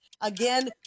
Again